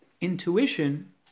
intuition